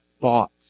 thoughts